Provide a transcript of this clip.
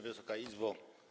Wysoka Izbo!